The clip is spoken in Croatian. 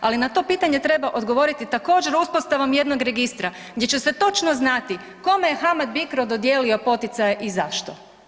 Ali na to pitanje treba odgovoriti također uspostavom jednog registra gdje će se točno znati kome je HAMAG-BICRO dodijelio poticaje i zašto?